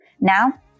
Now